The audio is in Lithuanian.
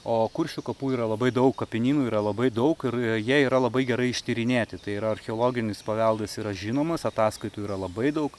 o kuršių kapų yra labai daug kapinynų yra labai daug ir jie yra labai gerai ištyrinėti tai yra archeologinis paveldas yra žinomas ataskaitų yra labai daug